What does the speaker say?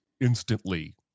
instantly